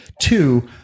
two